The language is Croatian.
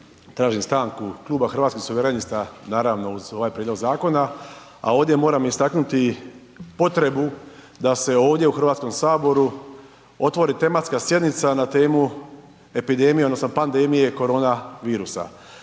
tražim stanku Kluba Hrvatskih suverenista naravno uz ovaj prijedlog zakona, a ovdje moram istaknuti potrebu da se ovdje u Hrvatskom saboru otvori tematska sjednica na temu epidemije odnosno